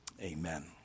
Amen